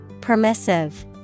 permissive